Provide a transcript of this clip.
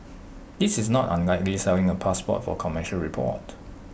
this is not unlike reselling A passport for commercial report